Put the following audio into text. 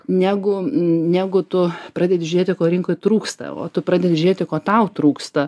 negu negu tu pradedi žiūrėti ko rinkoj trūksta o tu pradedi žiūrėti ko tau trūksta